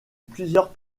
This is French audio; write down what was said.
plusieurs